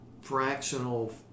fractional